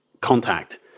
contact